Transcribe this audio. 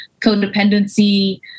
codependency